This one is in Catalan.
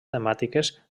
temàtiques